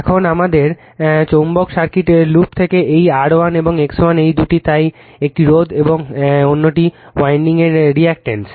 এখন আমাদের চৌম্বক সার্কিট লুপ থেকে এই R1 এবং X1 এই দুটি তাই একটি রোধ এবং অন্যটি ওইয়াইনডিং এর রিঅ্যাকটেন্স